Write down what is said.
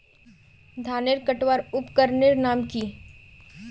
धानेर कटवार उपकरनेर नाम की?